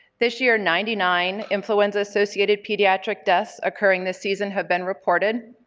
this year ninety nine influenza associated pediatric deaths occurring this season have been recorded,